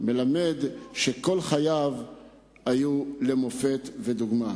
מלמד שכל חייו היו למופת ודוגמה.